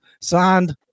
Signed